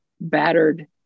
battered